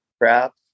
crap